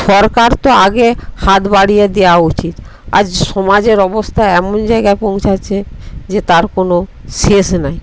সরকার তো আগে হাত বাড়িয়ে দেওয়া উচিত আজ সমাজের অবস্থা এমন জায়গায় পৌঁছচ্ছে যে তার কোন শেষ নাই